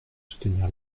soutenir